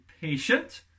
patient